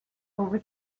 over